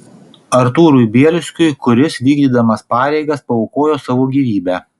artūrui bielskiui kuris vykdydamas pareigas paaukojo savo gyvybę